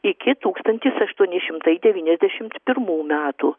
iki tūkstantis aštuoni šimtai devyniasdešimt pirmų metų